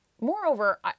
Moreover